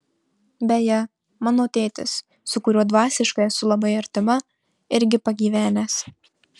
beje mano tėtis su kuriuo dvasiškai esu labai artima irgi pagyvenęs